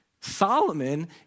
Solomon